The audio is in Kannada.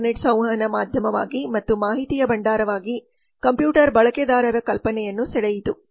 ಇಂಟರ್ನೆಟ್ ಸಂವಹನ ಮಾಧ್ಯಮವಾಗಿ ಮತ್ತು ಮಾಹಿತಿಯ ಭಂಡಾರವಾಗಿ ಕಂಪ್ಯೂಟರ್ ಬಳಕೆದಾರರ ಕಲ್ಪನೆಯನ್ನು ಸೆಳೆಯಿತು